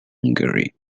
hungary